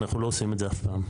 אנחנו לא עושים את זה אף פעם.